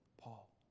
Paul